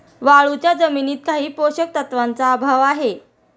वाळूच्या जमिनीत काही पोषक तत्वांचा अभाव आहे